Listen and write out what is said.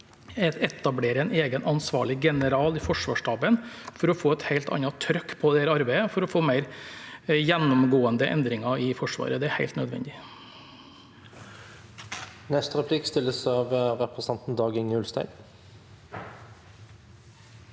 etablert en egen ansvarlig general i Forsvarsstaben for å få et helt annet trykk på dette arbeidet, for å få mer gjennomgående endringer i Forsvaret. Det er helt nødvendig.